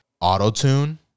auto-tune